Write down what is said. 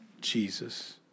Jesus